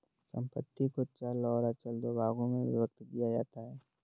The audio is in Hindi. संपत्ति को चल और अचल दो भागों में विभक्त किया जाता है